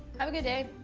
have a good day.